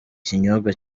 kinyobwa